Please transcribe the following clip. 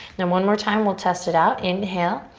one more time we'll test it out. inhale.